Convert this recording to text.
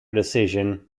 decision